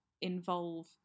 involve